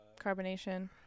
carbonation